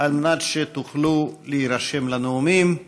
על מנת שתוכלו להירשם לנאומים.